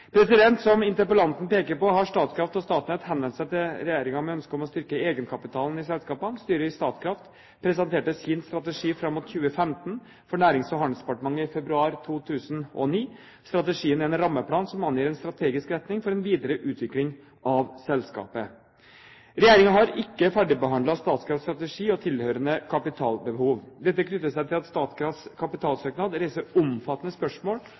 Som interpellanten peker på, har Statkraft og Statnett henvendt seg til regjeringen med ønske om å styrke egenkapitalen i selskapene. Styret i Statkraft presenterte sin strategi fram mot 2015 for Nærings- og handelsdepartementet i februar 2009. Strategien er en rammeplan som angir en strategisk retning for en videre utvikling av selskapet. Regjeringen har ikke ferdigbehandlet Statkrafts strategi og tilhørende kapitalbehov. Dette knytter seg til at Statkrafts kapitalsøknad reiser omfattende spørsmål